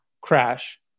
crash